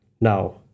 now